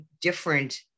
different